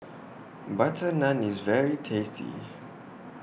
Butter Naan IS very tasty